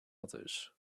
others